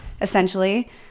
essentially